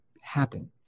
happen